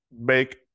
make